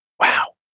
Wow